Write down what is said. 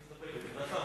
מסתפק בדברי השר.